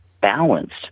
balanced